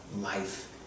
life